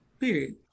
period